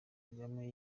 kagame